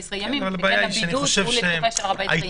ימים והבידוד הוא לתקופה של 14 ימים.